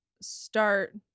start